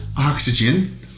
oxygen